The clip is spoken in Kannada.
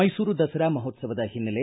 ಮೈಸೂರು ದಸರಾ ಮಹೋತ್ಸವದ ಹಿನ್ನೆಲೆ